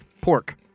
Pork